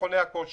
מכוני הכושר,